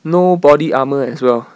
no body armour as well